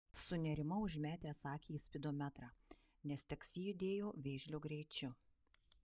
sunerimau užmetęs akį į spidometrą nes taksi judėjo vėžlio greičiu